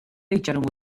itxarongo